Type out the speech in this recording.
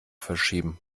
verschieben